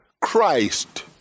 Christ